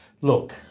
Look